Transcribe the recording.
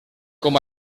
com